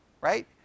right